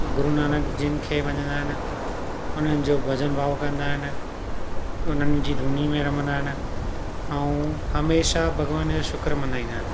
गुरू नानक जिन खे मञीदा आहिनि उन्हनि जो भॼनु भाव कंदा आहिनि उन्हनि जी धूनी में रमंदा आहिनि ऐं हमेशह भॻवान जो शुक़ुर मल्हाईंदा आहिनि